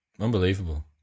Unbelievable